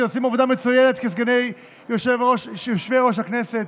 שעושים עבודה מצוינת כסגני יושב-ראש הכנסת.